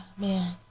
man